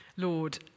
Lord